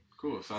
cool